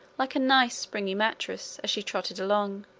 like a nice springy mattress, as she trotted along.